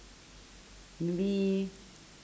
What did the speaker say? maybe